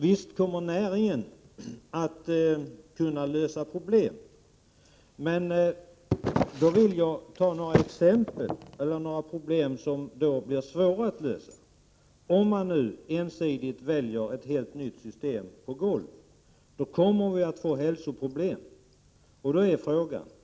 Visst kommer näringen att kunna lösa problem, men jag vill gärna ge några exempel på problem som blir svåra att lösa, om man nu ensidigt väljer ett helt nytt system för golv. Då kommer vi nämligen att få hälsoproblem.